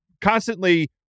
constantly